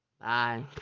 Bye